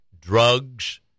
drugs